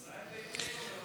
ישראל ביתנו בראשות,